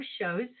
shows